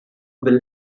will